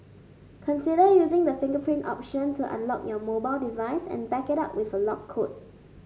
consider using the fingerprint option to unlock your mobile device and back it up with a lock code